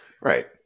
Right